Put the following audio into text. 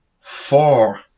four